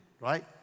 right